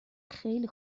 خیلی